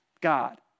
God